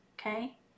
okay